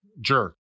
jerk